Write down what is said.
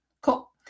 cool